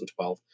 2012